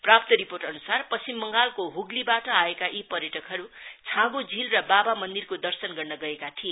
प्राप्त रिपोर्ट अनुसार पश्चिम बंगालको हुगलीबाट आएका यी पर्यटकहरू छाँगु झील र बाबा मन्दिरको दर्शन गर्न गएका थिए